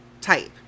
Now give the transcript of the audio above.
type